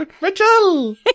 Rachel